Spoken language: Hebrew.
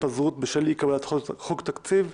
התפזרות בשל אי-קבלת חוק תקציב)